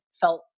felt